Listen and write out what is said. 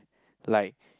like